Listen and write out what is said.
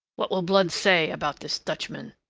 what will blood say about this dutchman?